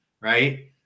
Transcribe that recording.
right